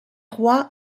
roi